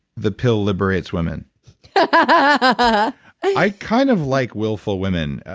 the pill liberates women but i kind of like willful women.